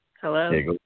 Hello